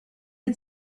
had